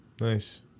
Nice